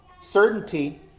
certainty